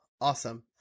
Awesome